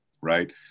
right